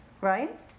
right